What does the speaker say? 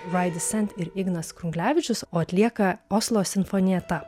vaidis sent ir ignas krunglevičius o atlieka oslo simfonieta